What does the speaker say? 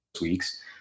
weeks